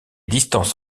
distances